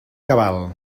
cabal